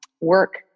work